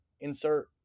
insert